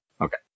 Okay